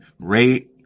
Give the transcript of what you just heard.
rate